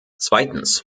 zweitens